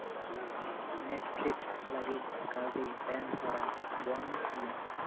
Netflix ᱞᱟᱹᱜᱤᱫ ᱠᱟᱹᱣᱰᱤ ᱮᱢ ᱦᱚᱨᱟ ᱵᱚᱱᱫᱷ ᱢᱮ